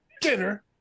dinner